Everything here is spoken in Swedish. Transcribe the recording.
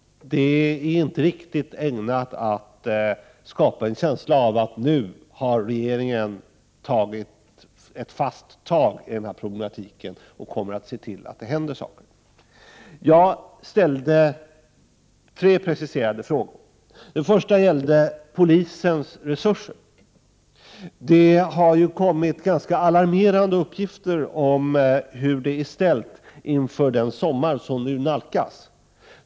Det är inte riktigt ägnat att skapa en känsla av att regeringen nu har tagit ett fast tag i problemet och kommer att se till att det händer saker. ENS Jag ställde tre preciserade frågor. Den första frågan gällde polisens resurser. Det har kommit ganska alarmerande uppgifter om hur det är ställt inför den sommar som nu nalkas.